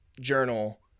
journal